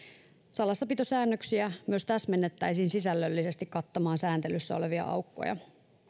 salassapitosäännöksiä myös täsmennettäisiin sisällöllisesti kattamaan sääntelyssä olevia aukkoja